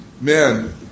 man